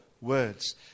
words